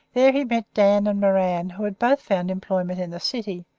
there he met dan and moran, who had both found employment in the city,